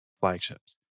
flagships